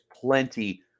plenty